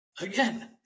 again